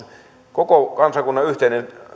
koko kansakunnan yhteinen